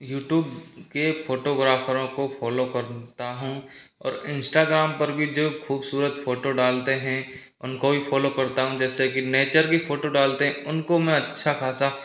YouTube के फोटोग्राफरों को फॉलो करता हूँ और इंस्टाग्राम पर भी जो खूबसूरत फ़ोटो डालते हैं उनको भी फॉलो करता हूँ जैसे की नेचर की फ़ोटो डालते हैं उनको मैं अच्छा ख़ासा